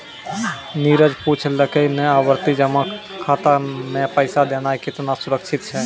नीरज पुछलकै जे आवर्ति जमा खाता मे पैसा देनाय केतना सुरक्षित छै?